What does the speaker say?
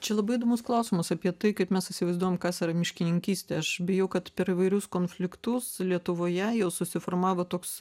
čia labai įdomus klausimas apie tai kaip mes įsivaizduojam kas yra miškininkystė aš bijau kad per įvairius konfliktus lietuvoje jau susiformavo toks